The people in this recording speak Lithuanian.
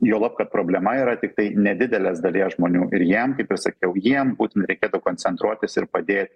juolab kad problema yra tiktai nedidelės dalies žmonių ir jiem kaip ir sakiau jiem būtin reikėtų koncentruotis ir padėt